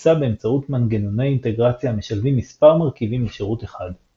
נעשה באמצעות מנגנוני אינטגרציה המשלבים מספר מרכיבים לשירות אחד.